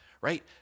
right